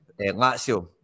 Lazio